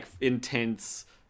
intense